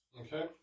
Okay